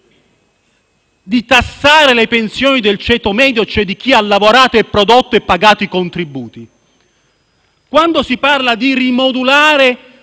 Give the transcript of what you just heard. di tassare le pensioni del ceto medio, cioè di chi ha lavorato, prodotto e pagato i contributi, quando si parla di rimodulare